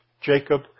Jacob